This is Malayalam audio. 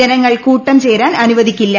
ജനങ്ങൾ കൂട്ടം ചേരാൻ അനുവദിക്കില്ല